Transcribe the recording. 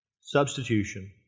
substitution